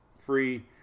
free